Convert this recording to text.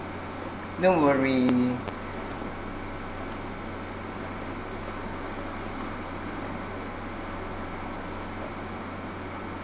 don't worry